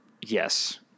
Yes